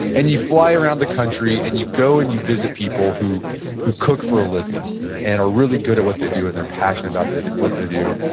and you fly around the country and you go and you visit people who who cook for a living and are really good at what they do and they're passionate about what what they do,